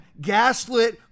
gaslit